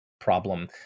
problem